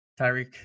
Tyreek